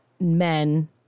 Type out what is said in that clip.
men